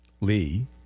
Lee